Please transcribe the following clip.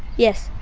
yes.